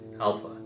Alpha